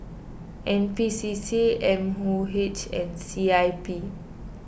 N P C C M O H and C I P